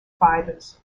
fibers